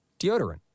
deodorant